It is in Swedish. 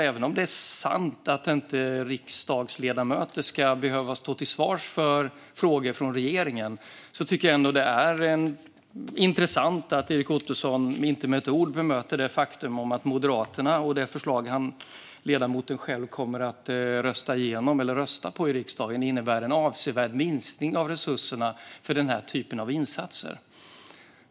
Även om det är sant att riksdagsledamöter inte ska behöva stå till svars inför frågor från regeringen tycker jag ändå att det är intressant att Erik Ottoson inte med ett ord bemöter det faktum att det förslag som han själv och Moderaterna kommer att rösta för i riksdagen innebär en avsevärd minskning av resurserna för den här typen av insatser.